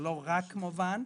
לא רק כמובן,